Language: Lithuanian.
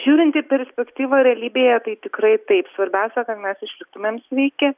žiūrint į perspektyvą realybėje tai tikrai taip svarbiausia kad mes išliktumėm sveiki